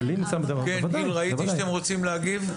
רציתי שאתם רוצים להגיב.